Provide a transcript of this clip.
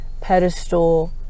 pedestal